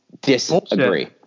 disagree